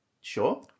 Sure